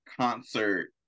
concert